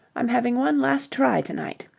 i'm having one last try to-night,